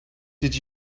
did